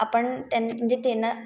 आपण त्यांन म्हणजे त्येंना